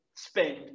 spend